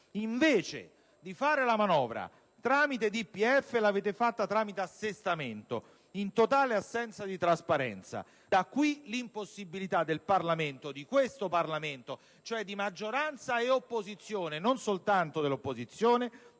Invece di fare la manovra tramite DPEF l'avete fatta tramite assestamento, in totale assenza di trasparenza. Da qui nasce l'impossibilità del Parlamento, cioè della maggioranza e dell'opposizione (e non soltanto dell'opposizione),